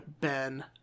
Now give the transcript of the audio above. Ben